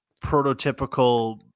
prototypical